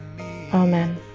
Amen